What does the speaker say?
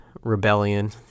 Rebellion